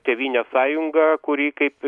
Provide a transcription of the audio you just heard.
tėvynės sąjunga kuri kaip